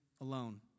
alone